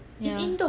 yeah